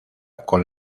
con